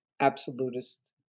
absolutist